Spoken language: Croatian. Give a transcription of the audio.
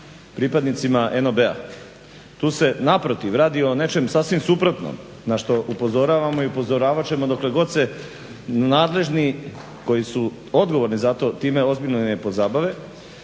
pripadnicima NOB-a. Tu se naprotiv radi o nečem sasvim suprotnom na što upozoravamo i upozoravat ćemo dokle god se nadležni koji su odgovorni za to time ozbiljno ne pozabave.